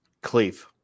Cleve